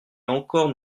encore